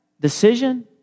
decision